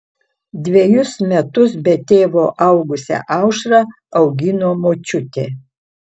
dvejus metus be tėvo augusią aušrą augino močiutė